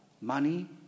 money